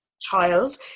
child